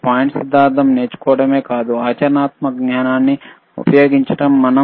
కానీ సిద్ధాంతాన్ని నేర్చుకోవడమే కాదు ఆచరణాత్మక జ్ఞానాన్ని ఉపయోగించడం ముఖ్యం